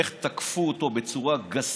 איך תקפו אותו בצורה גסה,